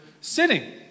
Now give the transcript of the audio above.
sitting